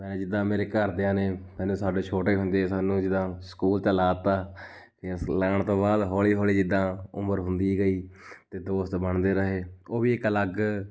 ਮੈਂ ਜਿੱਦਾਂ ਮੇਰੇ ਘਰਦਿਆਂ ਨੇ ਮੈਨੂੰ ਸਾਡੇ ਛੋਟੇ ਹੁੰਦੇ ਸਾਨੂੰ ਜਿੱਦਾਂ ਸਕੂਲ ਤਾਂ ਲਾ ਤਾ ਲਾਉਣ ਤੋਂ ਬਾਅਦ ਹੌਲੀ ਹੌਲੀ ਜਿੱਦਾਂ ਉਮਰ ਹੁੰਦੀ ਗਈ ਅਤੇ ਦੋਸਤ ਬਣਦੇ ਰਹੇ ਉਹ ਵੀ ਇੱਕ ਅਲੱਗ